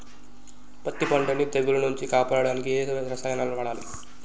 పత్తి పంటని తెగుల నుంచి కాపాడడానికి ఏ రసాయనాలను వాడాలి?